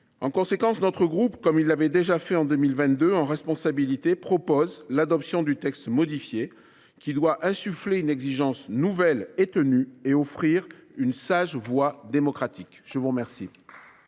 En conséquence, notre groupe, comme il l’avait déjà fait en 2022, en responsabilité, propose l’adoption du texte modifié, lequel doit insuffler une exigence nouvelle et tenue et offrir une sage voie démocratique. La discussion